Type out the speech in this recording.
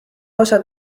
osa